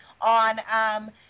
on